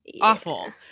awful